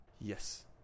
Yes